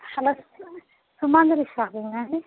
hello Sumanjali షాపింగా అండి